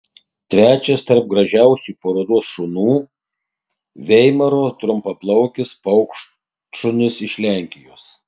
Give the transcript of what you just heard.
trečias tarp gražiausių parodos šunų veimaro trumpaplaukis paukštšunis iš lenkijos